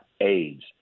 AIDS